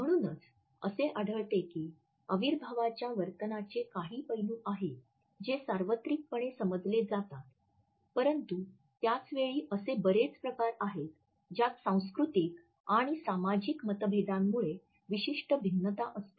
म्हणूनच असे आढळते की अविर्भावाच्या वर्तनाचे काही पैलू आहेत जे सार्वत्रिकपणे समजले जातात परंतु त्याच वेळी असे बरेच प्रकार आहेत ज्यात सांस्कृतिक आणि सामाजिक मतभेदांमुळे विशिष्ट भिन्नता असते